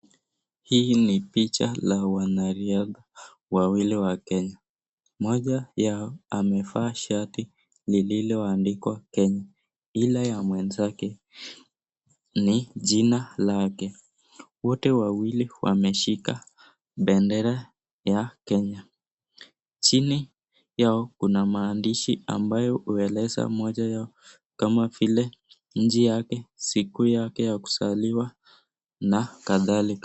Hii ni picha la wanariadha wawili wa Kenya mmoja yao amevaa shati lililo andikwa Kenya, ila ya mwenzake ni jina lake wote wawili wameshika bendera ya Kenya. Chini yao kuna maandishi ambayo hueleza moja yao kama vile, nchi yake siku yake ya kuzaliwa na kathalika .